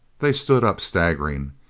they stood up, staggering.